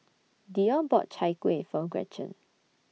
Dionne bought Chai Kueh For Gretchen